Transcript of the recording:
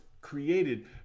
created